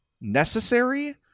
necessary